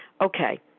okay